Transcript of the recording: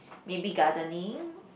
maybe gardening